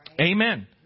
Amen